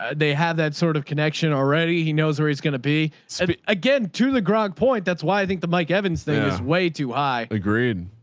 they have that sort of connection already. he knows where he's going to be so be again to the grog point. that's why i think the mike evans thing is way too high. agreed